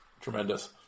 tremendous